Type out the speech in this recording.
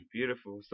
Beautiful